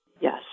Yes